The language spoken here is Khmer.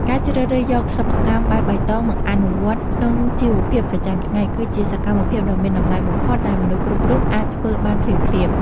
ការជ្រើសរើសយកសិប្បកម្មបែបបៃតងមកអនុវត្តក្នុងជីវភាពប្រចាំថ្ងៃ គឺជាសកម្មភាពដ៏មានតម្លៃបំផុតដែលមនុស្សគ្រប់រូបអាចធ្វើបានភ្លាមៗ។